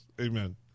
amen